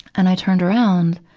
and i turned around,